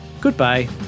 Goodbye